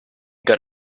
got